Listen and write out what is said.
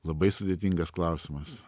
labai sudėtingas klausimas